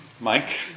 mike